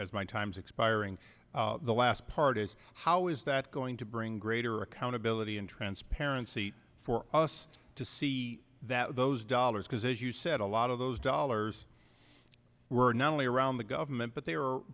as many times expiring the last part is how is that going to bring greater accountability and transparency for us to see that those dollars because as you said a lot of those dollars were not only around the government but they were